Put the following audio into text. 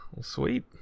sweet